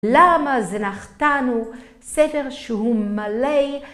למה זה נחתנו? ספר שהוא מלא